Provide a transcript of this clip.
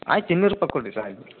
ಆಯ್ತು ಇನ್ನೂರು ರೂಪಾಯಿ ಕೊಡ್ರಿ ಸರ್ ಆಯ್ತು